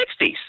60s